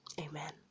Amen